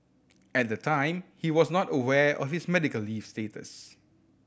at the time he was not aware of his medical leave status